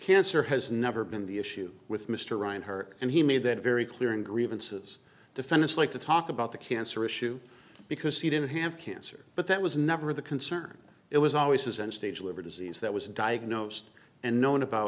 cancer has never been the issue with mr ryan her and he made that very clear and grievances the fenice like to talk about the cancer issue because he didn't have cancer but that was never the concern it was always his and stage liver disease that was diagnosed and known about